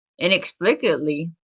Inexplicably